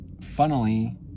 funnily